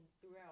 throughout